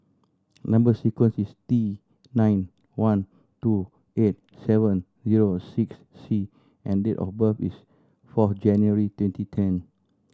number sequence is T nine one two eight seven zero six C and date of birth is four January twenty ten